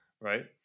right